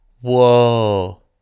Whoa